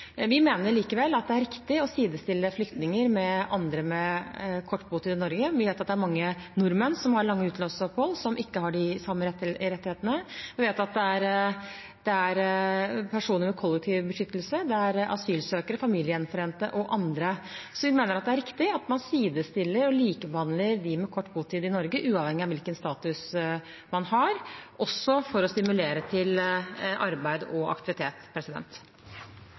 Vi mener likevel at det er riktig å sidestille flyktninger med andre med kort botid i Norge. Vi vet at det er mange nordmenn med lange utenlandsopphold som ikke har de samme rettighetene, og vi vet at det er personer med kollektiv beskyttelse, asylsøkere, familiegjenforente og andre. Så vi mener det er riktig at man sidestiller og likebehandler dem med kort botid i Norge, uavhengig av hvilken status man har, også for å stimulere til arbeid og aktivitet.